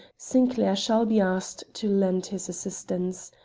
sinclair shall be asked to lend his assistance.